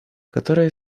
которые